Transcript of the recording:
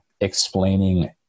explaining